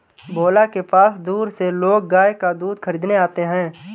भोला के पास दूर से लोग गाय का दूध खरीदने आते हैं